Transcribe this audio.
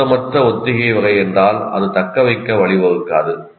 பொருத்தமற்ற ஒத்திகை வகை என்றால் அது தக்கவைக்க வழிவகுக்காது